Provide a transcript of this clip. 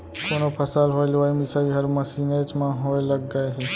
कोनो फसल होय लुवई मिसई हर मसीनेच म होय लग गय हे